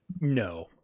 no